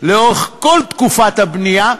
לאורך כל תקופת הבנייה,